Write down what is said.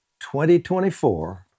2024